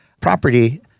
property